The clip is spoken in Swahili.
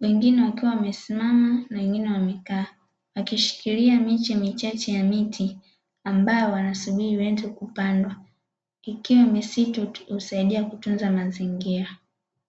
wengine wakiwa wamesimama na wengine wamekaa wakishikiria miche michache ya miti ambayo wanasubiri iweze kupandwa, ikiwa misitu inasaidia kutunza mazingira.